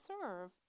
serve